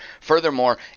Furthermore